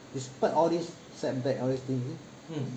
despite all this setback all these things